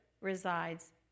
resides